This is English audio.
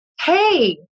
Hey